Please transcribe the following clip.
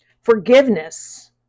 Forgiveness